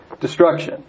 destruction